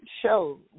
show